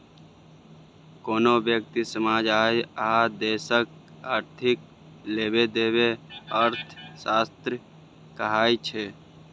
कोनो ब्यक्ति, समाज आ देशक आर्थिक लेबदेब अर्थशास्त्र कहाइ छै